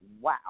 Wow